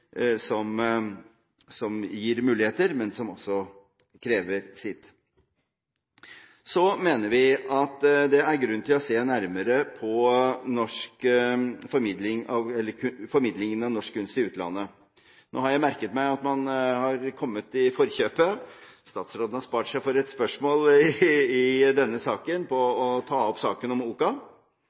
som gir muligheter, men som også krever sitt. Så mener vi at det er grunn til å se nærmere på formidlingen av norsk kunst i utlandet. Jeg har merket meg at man her har kommet meg i forkjøpet. Statsråden har spart seg for et spørsmål i denne saken ved å ta opp saken om